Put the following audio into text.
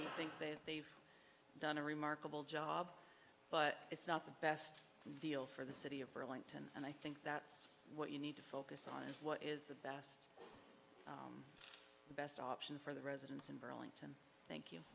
i think that they've done a remarkable job but it's not the best deal for the city of burlington and i think that's what you need to focus on what is the best best option for the residents in burlington thank you